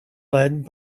led